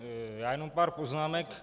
Já jenom pár poznámek.